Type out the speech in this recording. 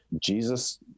jesus